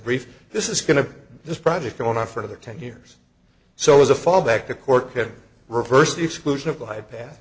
brief this is going to this project going on for another ten years so as a fallback the court could reverse the exclusion of life that